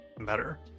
better